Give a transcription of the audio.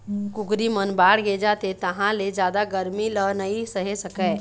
कुकरी मन बाड़गे जाथे तहाँ ले जादा गरमी ल नइ सहे सकय